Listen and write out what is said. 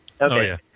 Okay